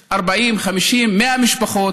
40, 50, 100 משפחות,